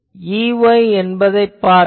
Ey என்பதைப் பார்த்தோம்